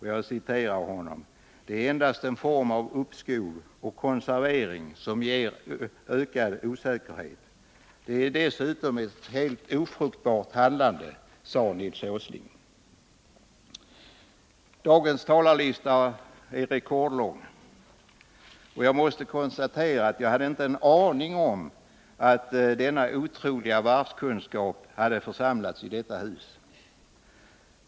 Han sade: Det är endast en form av uppskov och konservering som ger ökad osäkerhet. Det är dessutom ett helt ofruktbart handlande. Dagens talarlista är rekordlång. Jag måste konstatera att jag inte hade en aning om att denna otroliga varvskunskap fanns församlad i detta hus.